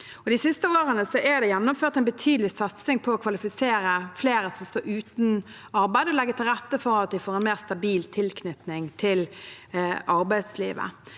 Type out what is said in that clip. De siste årene er det gjennomført en betydelig satsing på å kvalifisere flere som står uten arbeid, og legge til rette for at de får en mer stabil tilknytning til arbeidslivet.